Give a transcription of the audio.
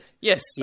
Yes